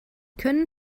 können